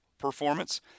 performance